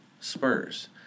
Spurs